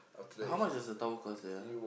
how much does a tower cost there ah